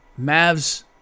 Mavs